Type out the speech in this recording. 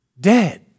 dead